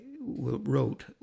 wrote